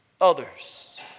others